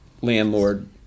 landlord